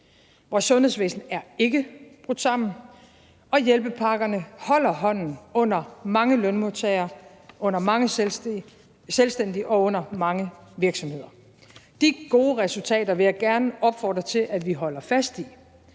vores sundhedsvæsen er ikke brudt sammen, og hjælpepakkerne holder hånden under mange lønmodtagere, under mange selvstændige og under mange virksomheder. De gode resultater vil jeg gerne opfordre til at vi holder fast i